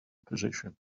position